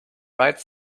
right